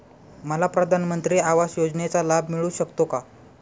मला प्रधानमंत्री आवास योजनेचा लाभ मिळू शकतो का?